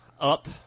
Up